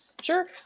Sure